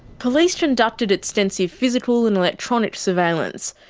police conducted extensive physical and electronic surveillance.